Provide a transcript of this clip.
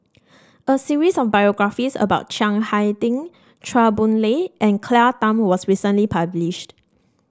a series of biographies about Chiang Hai Ding Chua Boon Lay and Claire Tham was recently published